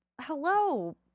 hello